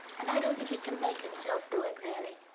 and i don't think he can make himself do it, really.